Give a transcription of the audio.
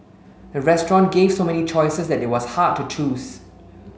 the restaurant gave so many choices that it was hard to choose